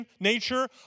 nature